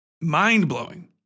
Mind-blowing